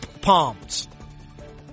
palms